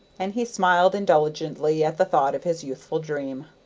and he smiled indulgently at the thought of his youthful dream.